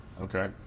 okay